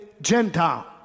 Gentile